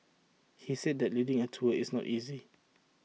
he said that leading A tour is not easy